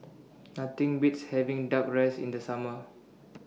Nothing Beats having Duck Rice in The Summer